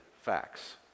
facts